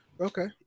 Okay